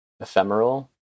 ephemeral